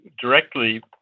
directly